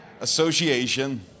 association